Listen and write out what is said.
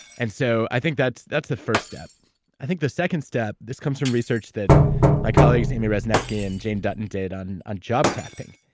and so, i think that's that's the first step i think the second step, this comes from research that my colleagues, amy wrzesniewski and jane dutton did on a job crafting,